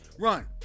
run